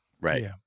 Right